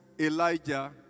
Elijah